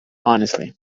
honestly